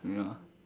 ya